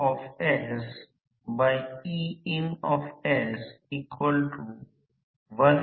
पुढे या बाजूची डावी बाजू तशीच राहील कारण ही वारंवारता f ही वारंवारता F2 होय